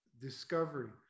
discovery